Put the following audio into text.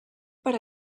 per